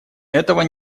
этого